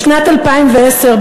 בשנת 2010,